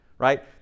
Right